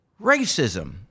racism